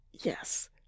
yes